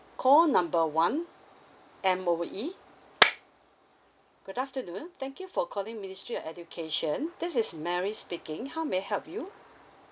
call number one M_O_E good afternoon thank you for calling ministry of education this is mary speaking how may I help you